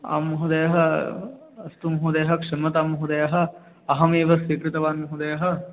आं महोदयः अस्तु महोदयः क्षम्यतां महोदयः अहमेव स्वीकृतवान् महोदयः